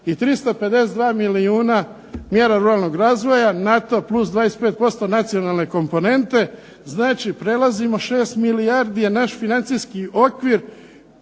i 352 milijuna mjera ruralnog razvoja na to 25% nacionalne komponente, znači prelazimo 6 milijardi, je naš financijski okvir